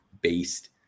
based